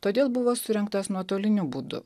todėl buvo surengtas nuotoliniu būdu